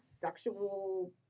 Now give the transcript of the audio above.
sexual